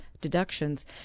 deductions